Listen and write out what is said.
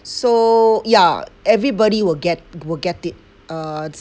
so yeah everybody will get will get it uh